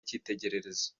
icyitegererezo